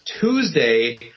Tuesday